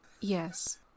Yes